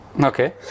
Okay